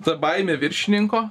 ta baimė viršininko